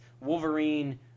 Wolverine